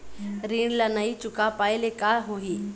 ऋण ला नई चुका पाय ले का होही?